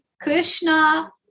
Krishna